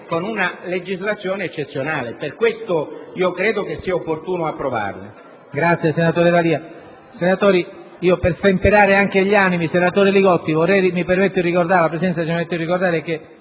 con una legislazione eccezionale. Per questo credo sia opportuno approvare